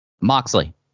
Moxley